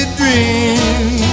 dream